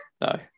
no